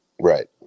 Right